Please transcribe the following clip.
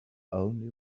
only